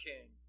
King